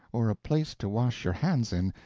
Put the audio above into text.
or a place to wash your hands in,